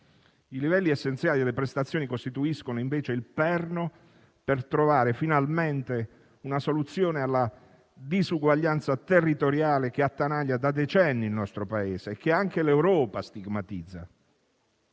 I livelli essenziali delle prestazioni costituiscono invece il perno per trovare finalmente una soluzione alla disuguaglianza territoriale che attanaglia da decenni il nostro Paese, che anche l'Europa stigmatizza.